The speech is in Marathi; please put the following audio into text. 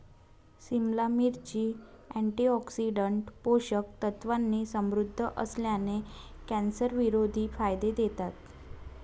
सिमला मिरची, अँटीऑक्सिडंट्स, पोषक तत्वांनी समृद्ध असल्याने, कॅन्सरविरोधी फायदे देतात